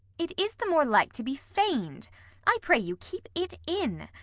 it is the more like to be feign'd i pray you, keep it in.